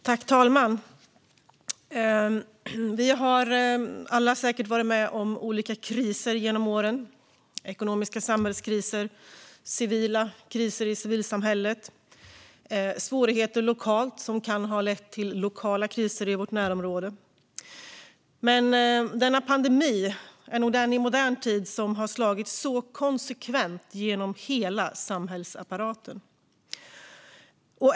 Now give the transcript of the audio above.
Fru talman! Vi har säkert alla varit med om olika kriser genom åren. Det har varit ekonomiska samhällskriser, kriser i civilsamhället och svårigheter lokalt som kan ha lett till lokala kriser i vårt närområde. Men denna pandemi är nog den kris i modern tid som har slagit konsekvent genom hela samhällsapparaten.